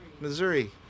Missouri